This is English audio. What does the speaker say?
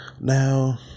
Now